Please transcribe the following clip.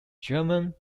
german